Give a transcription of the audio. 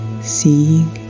seeing